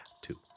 two